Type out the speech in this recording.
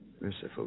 Merciful